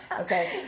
Okay